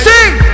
Sing